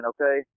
Okay